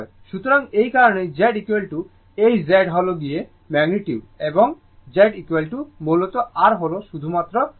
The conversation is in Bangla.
সুতরাং এই কারণেই Z এই Z হল গিয়ে ম্যাগনিটিউড এবং Z মূলত R হল শুধুমাত্র রেজিস্টেন্স